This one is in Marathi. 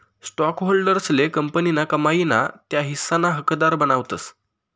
स्टॉकहोल्डर्सले कंपनीना कमाई ना त्या हिस्साना हकदार बनावतस